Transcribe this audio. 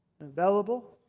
available